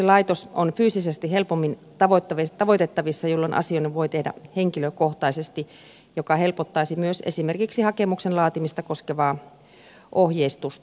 poliisilaitos on fyysisesti helpommin tavoitettavissa jolloin asioinnin voi tehdä henkilökohtaisesti joka helpottaisi myös esimerkiksi hakemuksen laatimista koskevaa ohjeistusta